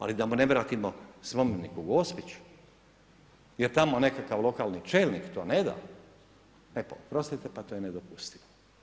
Ali da mu ne vratimo spomenik u Gospiću jer tamo nekakav lokalni čelnik to ne da, e pa oprostite, to je nedopustivo.